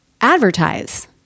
advertise